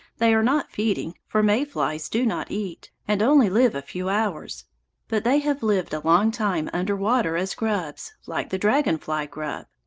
they are not feeding, for may-flies do not eat, and only live a few hours. but they have lived a long time under water as grubs, like the dragon-fly grub.